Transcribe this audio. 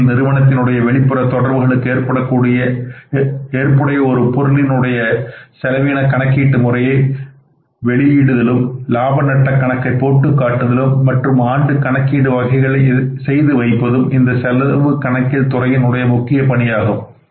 இறுதியில் நிறுவனத்தின் உடைய வெளிப்புற தொடர்புகளுக்கு ஏற்புடைய ஒரு பொருளின் உடைய செலவின கணக்கீட்டு முறையை வெளியீடுதளும் லாப நட்ட கணக்கை போட்டு காட்டுதலும் மற்றும் ஆண்டு கணக்கீடு வகைகளை செய்து வைப்பதும் இந்த செலவு கணக்கியல் துறையின் உடைய முக்கிய பணியாகும்